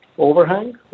Overhang